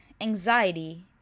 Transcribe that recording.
anxiety